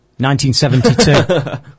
1972